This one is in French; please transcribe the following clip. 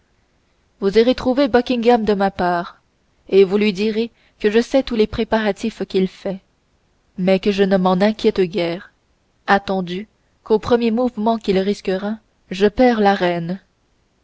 vous irez trouver buckingham de ma part et vous lui direz que je sais tous les préparatifs qu'il fait mais que je ne m'en inquiète guère attendu qu'au premier mouvement qu'il risquera je perds la reine